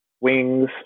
Wings